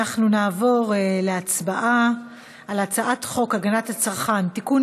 אנחנו נעבור להצבעה על הצעת חוק הגנת הצרכן (תיקון